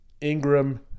Ingram